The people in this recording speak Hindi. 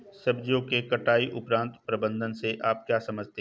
सब्जियों के कटाई उपरांत प्रबंधन से आप क्या समझते हैं?